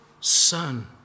son